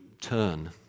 turn